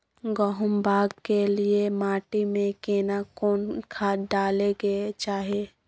गहुम बाग के लिये माटी मे केना कोन खाद डालै के चाही?